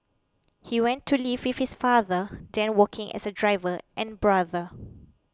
he went to live with his father then working as a driver and brother